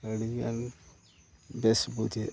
ᱟᱹᱰᱤ ᱜᱟᱱ ᱵᱮᱥ ᱵᱩᱡᱷᱟᱜᱼᱟ